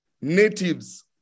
natives